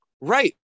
Right